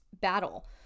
battle